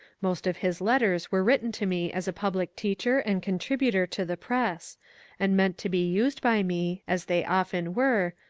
most of his letters were written to me as a public teacher and contributor to the press and meant to be used by me, as they often were,